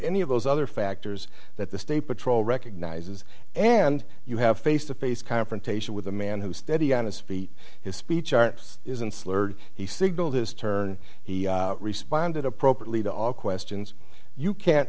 any of those other factors that the state patrol recognizes and you have face to face confrontation with a man who is steady on his feet his speech aren't isn't slurred he signaled his turn he responded appropriately to all questions you can't